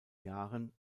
jahren